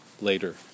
later